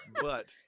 But-